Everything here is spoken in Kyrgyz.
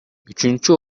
үчүнчү